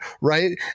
right